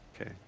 Okay